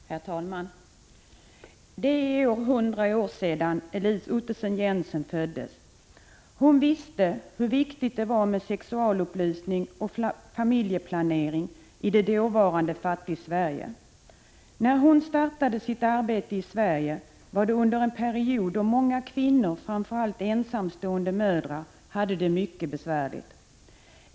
Herr talman! Det är i år 100 år sedan Elise Ottesen-Jensen föddes. Hon visste hur viktigt det var med sexualupplysning och familjeplanering i dåvarande Fattigsverige. Hon startade sitt arbete i Sverige under en period då många kvinnor, framför allt ensamstående mödrar, hade det mycket besvärligt.